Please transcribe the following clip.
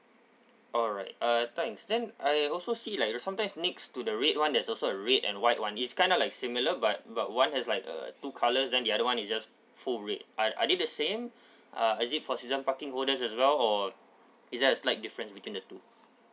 alright uh thanks then I also see like sometimes next to the red one there's also a red and white one it's kinda like similar but but one has like uh two colours and the other one is just full red are are they the same uh is it for season parking holders as well or is there a slight difference between the two